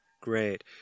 Great